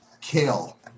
kale